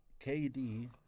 KD